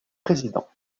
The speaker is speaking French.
président